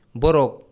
borok